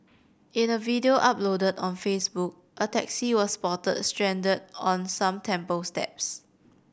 in a video uploaded on Facebook a taxi was spotted stranded on some temple steps